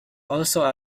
also